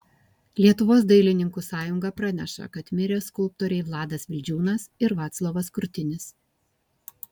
lietuvos dailininkų sąjunga praneša kad mirė skulptoriai vladas vildžiūnas ir vaclovas krutinis